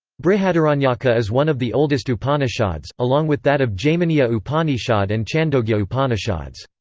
brihadaranyaka is one of the oldest upanishads, along with that of jaiminiya upanishad and chandogya upanishads.